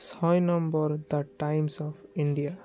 ছয় number the Times of India